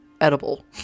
edible